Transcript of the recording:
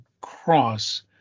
cross